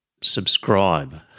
subscribe